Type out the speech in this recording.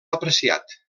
apreciat